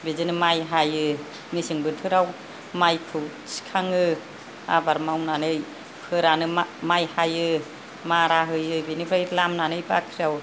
बिदिनो माइ हायो मेसें बोथोराव माइखौ थिखाङो आबाद मावनानै फोरानो मा माइ हायो मारा होयो बिनिफ्राय लामनानै बाख्रियाव